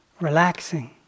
Relaxing